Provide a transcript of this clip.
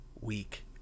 week